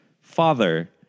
Father